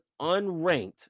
unranked